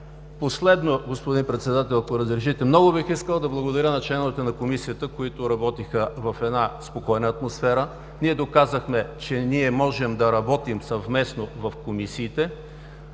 Последно, господин Председател, ако разрешите. Много бих искал да благодаря на членовете на Комисията, които работиха в една спокойна атмосфера. Ние доказахме, че можем да работим съвместно в комисиите.